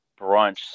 brunch